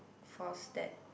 force that